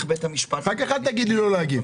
בית המשפט --- אחר כך אל תגיד לי לא להגיב.